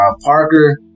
Parker